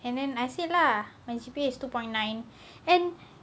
and then I say lah my G_P_A is two point nine and